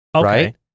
right